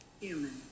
human